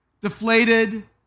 deflated